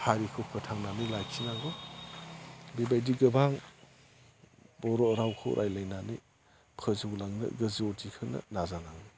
हारिखौ फोथांनानै लाखिनांगौ बेबायदि गोबां बर' रावखौ रायज्लायनानै फोजौ लांनो गोजौ दिखोनो नाजानांगौ